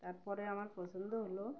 তারপরে আমার পছন্দ হলো